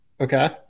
Okay